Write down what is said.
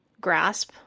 grasp